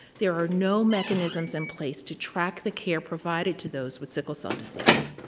there are no mechanisms in place to track the care provided to those with sickle cell disease.